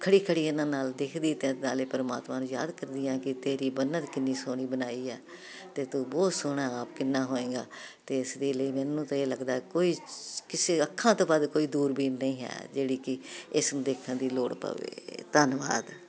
ਖੜੀ ਖੜੀ ਇਹਨਾਂ ਨਾਲ ਦੇਖਦੀ ਨਾਲੇ ਪਰਮਾਤਮਾ ਨੂੰ ਯਾਦ ਕਰਦੀ ਆ ਕਿ ਤੇਰੀ ਬਨਤ ਕਿੰਨੀ ਸੋਹਣੀ ਬਣਾਈ ਆ ਤੇ ਤੂੰ ਬਹੁਤ ਸੋਹਣਾ ਕਿੰਨਾ ਹੋਏਗਾ ਤੇ ਇਸਦੇ ਲਈ ਮੈਨੂੰ ਤਾਂ ਇਹ ਲੱਗਦਾ ਕੋਈ ਕਿਸੇ ਅੱਖਾਂ ਤੋਂ ਬਾਅਦ ਕੋਈ ਦੂਰਬੀਨ ਨਹੀਂ ਹੈ ਜਿਹੜੀ ਕਿ ਇਸਨੂੰ ਦੇਖਣ ਦੀ ਲੋੜ ਪਵੇ ਧੰਨਵਾਦ